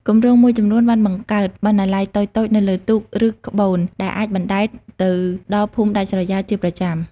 គម្រោងមួយចំនួនបានបង្កើតបណ្ណាល័យតូចៗនៅលើទូក ឬក្បូនដែលអាចអណ្តែតទៅដល់ភូមិដាច់ស្រយាលជាប្រចាំ។